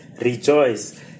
rejoice